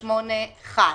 38 חל.